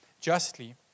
justly